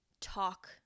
talk